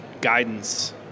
guidance